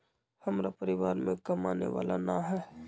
हमरा परिवार में कमाने वाला ना है?